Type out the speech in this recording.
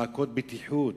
מעקות בטיחות,